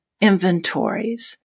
inventories